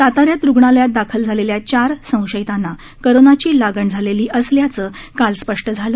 साताऱ्यात रुग्णालयात दाखल असलेल्या चार संशयितांना कोरोनाची लागण झालेली असल्याचं काल स्पष्ट झालं